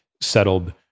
settled